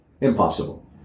Impossible